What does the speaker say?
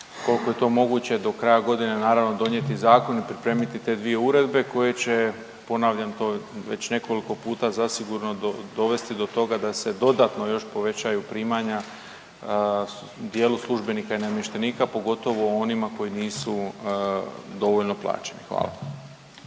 kolko je to moguće do kraja godine naravno donijeti zakon i pripremiti te dvije uredbe koje će, ponavljam to već nekoliko puta, zasigurno dovesti do toga da se dodatno još povećaju primanja dijelu službenika i namještenika, pogotovo onima koji nisu dovoljno plaćeni, hvala.